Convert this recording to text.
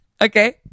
Okay